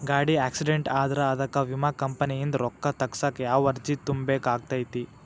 ಗಾಡಿ ಆಕ್ಸಿಡೆಂಟ್ ಆದ್ರ ಅದಕ ವಿಮಾ ಕಂಪನಿಯಿಂದ್ ರೊಕ್ಕಾ ತಗಸಾಕ್ ಯಾವ ಅರ್ಜಿ ತುಂಬೇಕ ಆಗತೈತಿ?